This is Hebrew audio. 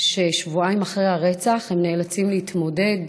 ששבועיים אחרי הרצח הם נאלצו להתמודד